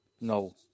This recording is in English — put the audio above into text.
No